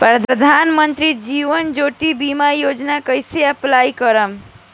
प्रधानमंत्री जीवन ज्योति बीमा योजना कैसे अप्लाई करेम?